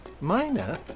minor